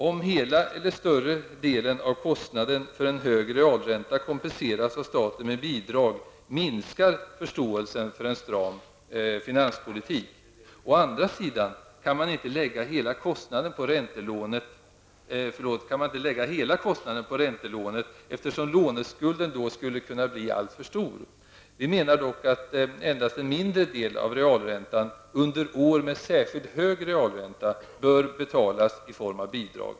Om hela eller större delen av kostnaden för en hög realränta kompenseras av staten med bidrag, minskar förståelsen för en stram finanspolitik. Å andra sidan kan man inte lägga hela kostnaden på räntelånet, eftersom låneskulden då skulle kunna bli alltför stor. Vi menar dock att endast en mindre del av realräntan, under år med särskilt hög realränta, bör betalas i form av bidrag.